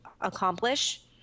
accomplish